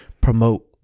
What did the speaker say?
promote